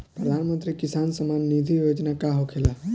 प्रधानमंत्री किसान सम्मान निधि योजना का होखेला?